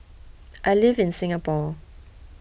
I live in Singapore